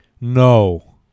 No